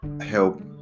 help